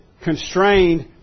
constrained